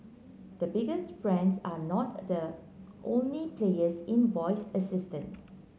the biggest brands are not the only players in voice assistant